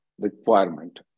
requirement